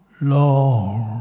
Lord